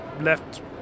left